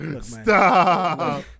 Stop